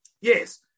Yes